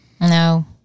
No